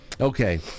Okay